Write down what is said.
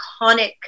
iconic